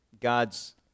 God's